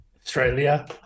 Australia